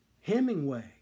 Hemingway